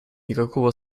никакого